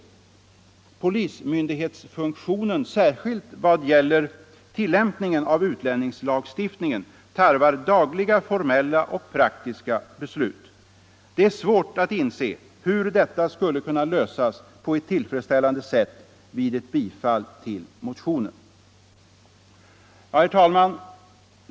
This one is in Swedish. Polismyndighetsfunktionen, särskilt vad gäller tillämpningen av utlänningslagstiftningen, tarvar dagliga formella och praktiska beslut. Det är svårt att inse hur detta skulle kunna lösas på ett tillfredsställande sätt vid ett bifall till motionen.” Herr talman!